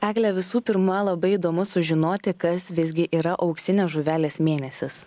egle visų pirma labai įdomu sužinoti kas visgi yra auksinės žuvelės mėnesis